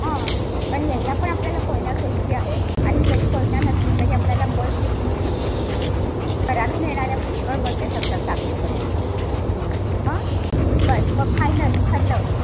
हां पण यायला पण आपल्याला कोयना सोयीची आहे आणि जरी कोयना नसली तरी आपल्याला बस बीस मिळू शकते कऱ्हाडहून येणाऱ्या पुष्कळ बसेस असतात सांगलीपर्यंत हां बस मग फायनल ठरलं